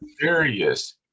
serious